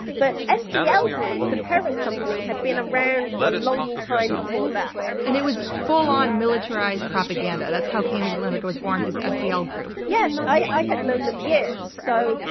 but ah scl ah group, the parent company, had been around for a long time before that. and it was full on militarized propaganda. that's how cambridge analytica was born, was ah scl group. yes, i had known them years. so,